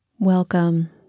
Welcome